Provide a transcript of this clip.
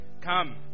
come